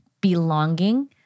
belonging